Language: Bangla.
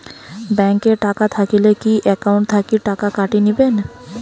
ব্যাংক এ টাকা থাকিলে কি একাউন্ট থাকি টাকা কাটি নিবেন?